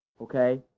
Okay